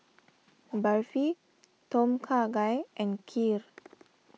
Barfi Tom Kha Gai and Kheer